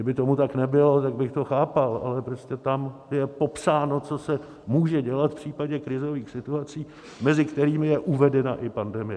Kdyby tomu tak nebylo, tak bych to chápal, ale prostě tam je popsáno, co se může dělat v případě krizových situací, mezi kterými je uvedena i pandemie.